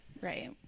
Right